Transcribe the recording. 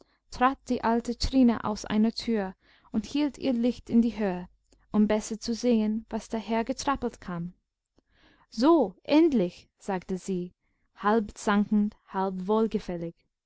trat die alte trine aus einer tür und hielt ihr licht in die höhe um besser zu sehen was dahergetrappelt kam so endlich sagte sie halb zankend halb